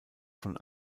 von